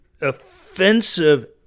offensive